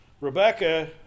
Rebecca